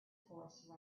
horse